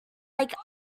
like